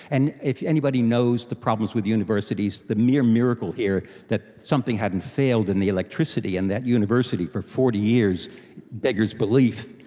and if anybody knows the problems with universities, the mere miracle here that something hadn't failed in the electricity in that university for forty years beggars belief,